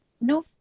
No